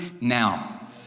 now